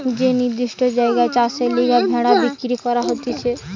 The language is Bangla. যে নির্দিষ্ট জায়গায় চাষের লিগে ভেড়া বিক্রি করা হতিছে